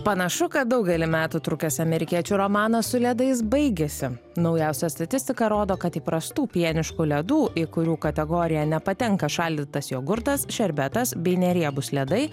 panašu kad daugelį metų trukęs amerikiečių romanas su ledais baigėsi naujausia statistika rodo kad įprastų pieniškų ledų į kurių kategoriją nepatenka šaldytas jogurtas šerbetas bei neriebūs ledai